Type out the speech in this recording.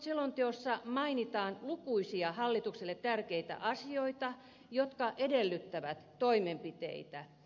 selonteossa mainitaan lukuisia hallitukselle tärkeitä asioita jotka edellyttävät toimenpiteitä